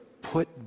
Put